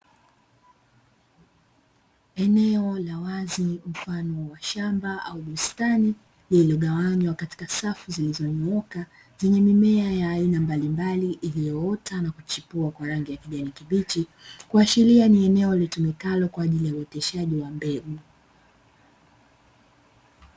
Eneo la wazi mfano wa shamba au bustani, lililogawanywa katika safu zilizonyooka zenye mimea ya aina mbalimbali iliyoota na kuchipua kwa rangi ya kijani kibichi kuashiria ni eneo litumikalo kwa ajili ya uoteshaji wa mbegu.